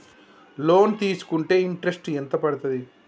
Loan తీస్కుంటే interest ఎంత పడ్తది?